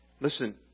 Listen